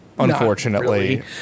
Unfortunately